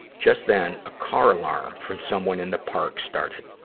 just then, a car alarm from someone in the park started.